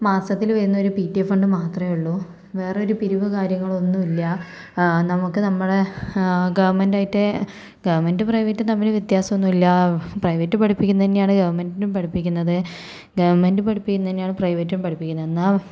മാസത്തില് വരുന്ന ഒരു പിടിഎ ഫണ്ട് മാത്രമേയുള്ളൂ വേറെ ഒരു പിരിവു കാര്യങ്ങളൊന്നുമില്ല നമുക്ക് നമ്മുടെ ഗവൺമെൻറ് ആയിട്ട് ഗവൺമെൻറ് പ്രൈവറ്റ് തമ്മിൽ വ്യത്യാസമൊന്നുമില്ല പ്രൈവറ്റ് പഠിപ്പിക്കുന്നത് തന്നെയാണ് ഗവൺമെന്റിലും പഠിപ്പിക്കുന്നത് ഗവൺമെൻറ് പഠിപ്പിക്കുന്നത് തന്നെയാണ് പ്രൈവറ്റ് പഠിപ്പിക്കുന്നത് എന്നാൽ